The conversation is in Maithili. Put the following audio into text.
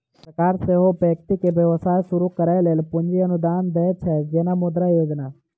सरकार सेहो व्यक्ति कें व्यवसाय शुरू करै लेल पूंजी अनुदान दै छै, जेना मुद्रा योजना